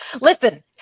Listen